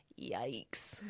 yikes